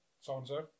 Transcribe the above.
so-and-so